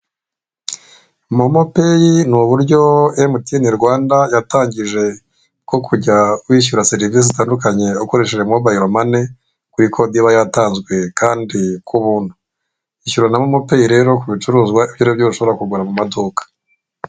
Momo peyi ni uburyo emutiyene yatangije bwo kujya wishyura serivise zitandukanye ukoresheje mobayiromani, kuri kode iba yatanzwe ku buntu. Iahura na momo peyi rero ku bicuruzwa ibyaribyo byose ushobora kugura mu maduka.